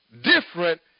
different